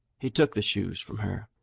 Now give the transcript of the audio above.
he took the shoes from her,